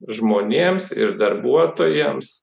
žmonėms ir darbuotojams